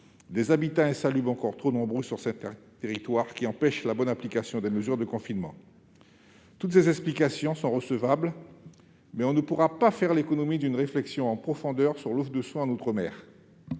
des habitats insalubres encore trop nombreux sur certains territoires, qui empêchent la bonne application des mesures de confinement. Toutes ces explications sont recevables, mais on ne pourra pas faire l'économie d'une réflexion en profondeur sur l'offre de soins en outre-mer.